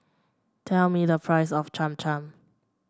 tell me the price of Cham Cham